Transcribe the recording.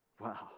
Wow